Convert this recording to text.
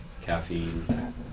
Caffeine